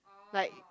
like